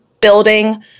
building